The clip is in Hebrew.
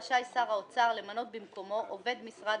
רשאי שר האוצר למנות במקומו עובד משרד